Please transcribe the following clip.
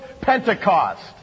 Pentecost